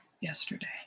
yesterday